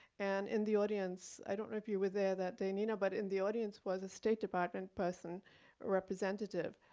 and in the audience, i don't know if you were there that day, nina, but in the audience was a state department person representative,